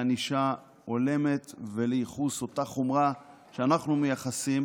לענישה הולמת ולייחוס אותה חומרה שאנחנו מייחסים